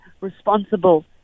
responsible